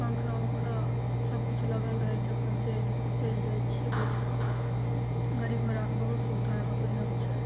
पन्खा उन्खा सबकिछु लगल रहै छै अपन चढ़िके चलि जाइ छिए बैठिके गाड़ी घोड़ाके बहुत सुविधा यहाँपर होइ छै